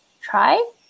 try